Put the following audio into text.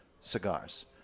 cigars